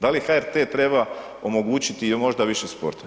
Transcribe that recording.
Da li HRT treba omogućiti i možda više sporta?